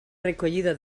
recollida